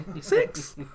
Six